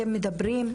אתם מדברים.